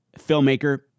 filmmaker